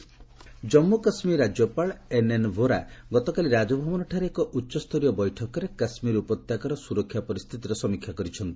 ଅମରନାଥ ଯାତ୍ରା ସସ୍ପେଣ୍ଡ ଜାମ୍ମୁ କାଶ୍ମୀର ରାଜ୍ୟପାଳ ଏନଏନ ଭୋରା ଗତକାଳି ରାଜଭବନଠାରେ ଏକ ଉଚ୍ଚସ୍ତରୀୟ ବୈଠକରେ କାଶ୍ମୀର ଉପତ୍ୟକାର ସୁରକ୍ଷା ପରିସ୍ଥିତିର ସମୀକ୍ଷା କରିଛନ୍ତି